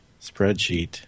spreadsheet